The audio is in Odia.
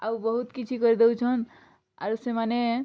ଆଉ ବହୁତ୍ କିଛି କରି ଦେଉଛନ୍ ଆରୁ ସେମାନେ